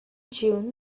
juan